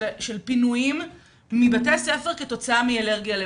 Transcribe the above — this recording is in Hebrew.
פינויים מבתי ספר כתוצאה מאלרגיה למזון.